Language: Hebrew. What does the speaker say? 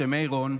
משה מירון.